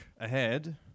ahead